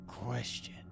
question